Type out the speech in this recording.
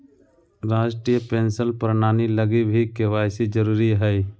राष्ट्रीय पेंशन प्रणाली लगी भी के.वाए.सी जरूरी हई